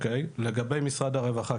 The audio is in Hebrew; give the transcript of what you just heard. לגבי משרד הרווחה,